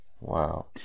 Wow